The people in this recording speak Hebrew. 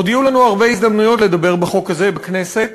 עוד יהיו לנו הרבה הזדמנויות לדבר בחוק הזה בכנסת,